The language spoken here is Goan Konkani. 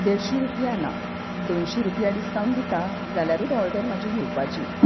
देडशी रुपया ना दोनशी रुपया डिस्कावंट दिता जाल्यारूच ऑर्डर म्हजी घेवपाची